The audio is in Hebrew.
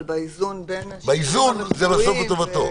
אבל באיזון בין --- באיזון זה בסוף לטובתו.